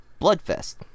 Bloodfest